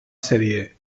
sèrie